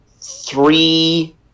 three